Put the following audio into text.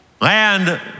land